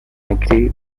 agree